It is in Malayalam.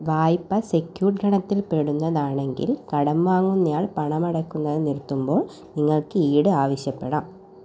വായ്പ സെക്യൂർഡ് ഗണത്തിൽ പെടുന്നതാണെങ്കിൽ കടം വാങ്ങുന്നയാൾ പണം അടയ്ക്കുന്നത് നിർത്തുമ്പോൾ നിങ്ങൾക്ക് ഈട് ആവശ്യപ്പെടാം